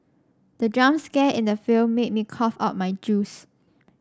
the jump scare in the film made me cough out my juice